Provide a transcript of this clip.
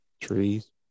Trees